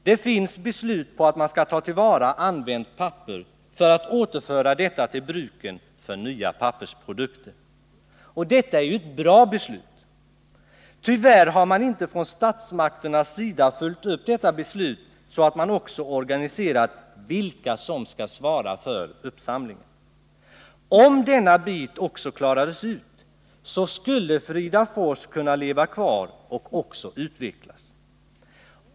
Det finns beslut på att man skall ta till vara använt papper för att återföra detta till bruken för nya pappersprodukter. Detta är ett bra beslut. Men tyvärr har man inte från statsmakternas sida följt upp beslutet så att man också organiserat vilka som skall svara för uppsamlingen. Om denna bit också klarades ut skulle Fridafors kunna leva kvar och också utvecklas.